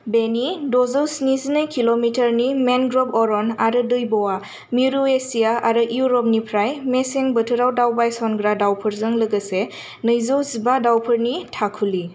बिनि द'जौ स्निजिनै किल'मिटारनि मेनग्रब अरन आरो दैब'आ मिरु एसिया आरो इउरपनिफ्राय मेसें बोथोराव दावबायसनग्रा दावफोरजों लोगोसे नैजौ जिबा दावफोरनि थाखुलि